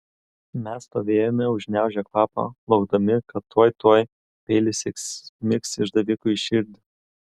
mes stovėjome užgniaužę kvapą laukdami kad tuoj tuoj peilis įsmigs išdavikui į širdį